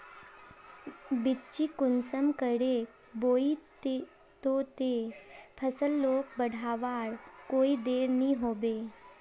बिच्चिक कुंसम करे बोई बो ते फसल लोक बढ़वार कोई देर नी होबे?